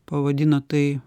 pavadino tai